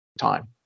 time